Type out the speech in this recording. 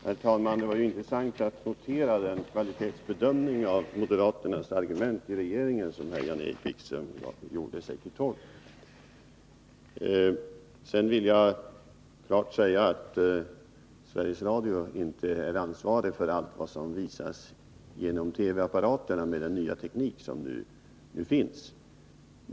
Herr talman! Det var intressant att notera den kvalitetsbedömning av moderaternas argument i regeringen som Jan-Erik Wikström här gjorde sig till tolk för. Sedan vill jag klart säga att Sveriges Radio inte är ansvarig för allt vad som visas via TV-apparaterna med hjälp av den nya teknik som nu finns.